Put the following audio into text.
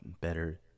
better